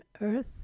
earth